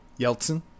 Yeltsin